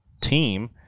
team